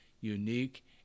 unique